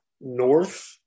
north